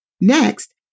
Next